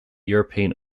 european